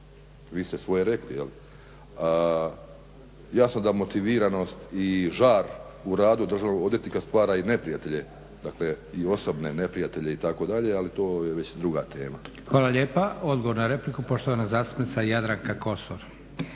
Vi ste svoje rekli, jel? Jasno da motiviranost i žar u radu državnog odvjetnika stvara i neprijatelje, dakle i osobne neprijatelje itd. ali to je već druga tema. **Leko, Josip (SDP)** Hvala lijepa. Odgovor na repliku, poštovana zastupnica Jadranka Kosor.